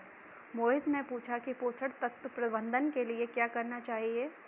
मोहित ने पूछा कि पोषण तत्व प्रबंधन के लिए क्या करना चाहिए?